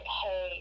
hey